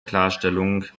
klarstellung